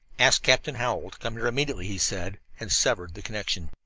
ask captain hallowell to come here immediately, he said, and severed the connection.